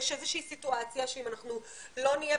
יש איזה שהיא סיטואציה שאם אנחנו לא נהיה,